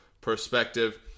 perspective